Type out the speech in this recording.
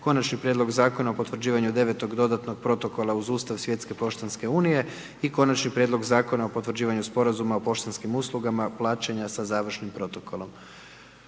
Konačni prijedlog Zakona o potvrđivanju Devetog dodatnog protokola uz Ustav Svjetske poštanske Unije i Konačni prijedlog Zakona o potvrđivanju Sporazuma o poštanskim uslugama plaćanja sa završnim protokolom.